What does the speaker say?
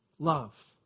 Love